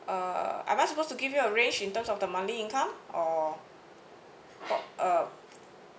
uh am I supposed to give you a range in terms of the monthly income or or uh